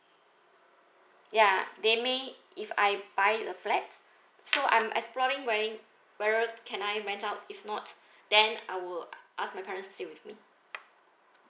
ya they may if I buy a flat so I'm exploring wearing whether can I rent out if not then I would ask my parents to stay with me